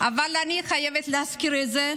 אבל אני חייבת להזכיר את זה.